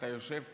אתה יושב פה,